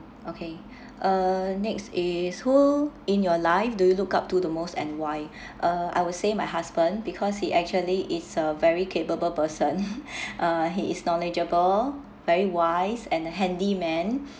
okay uh next is who in your life do you look up to the most and why uh I would say my husband because he actually is a very capable person uh he is knowledgeable very wise and a handyman